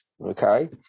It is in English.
okay